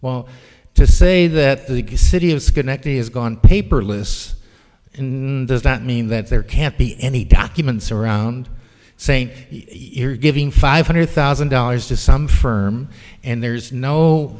wont to say that the city of schenectady has gone paperless and does that mean that there can't be any documents around saying you're giving five hundred thousand dollars to some firm and there's no